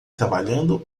trabalhando